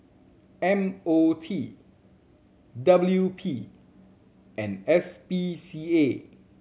M O T W P and S P C A